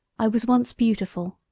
i was once beautiful.